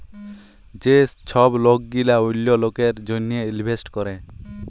যে ছব লক গিলা অল্য লকের জ্যনহে ইলভেস্ট ক্যরে